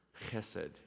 chesed